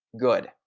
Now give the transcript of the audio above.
good